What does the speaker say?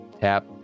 tap